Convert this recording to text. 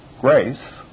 Grace